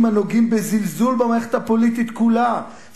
אבל קיבלת